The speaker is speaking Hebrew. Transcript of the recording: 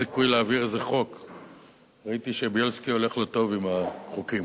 הצעת החוק הבאה על סדר-היום, של חברנו,